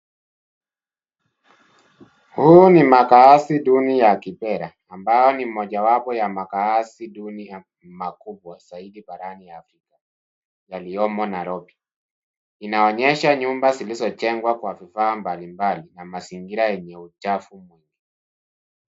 Huu ni makazi duni ya Kibera ambayo ni mojawapo ya makazi duni makubwa zaidi barani Afrika yaliyomo Nairobi. Inaonyesha nyumba zilizojengwa kwa vifaa mbalimbali na mazingira yenye uchafu mwingi.